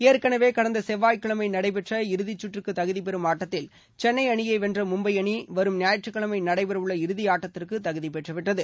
ஏற்களவே கடந்த செவ்வாய் கிழமை நடைபெற்ற இறதிக்கற்றக்கு தகுதிபெறும் ஆட்டத்தில் சென்னையை அணியை வென்ற மும்பை அணி வரும் ஞாயிற்றுக்கிழமை நடைபெறவுள்ள இறுதி ஆட்டத்திற்கு தகுதி பெற்றுவிட்டது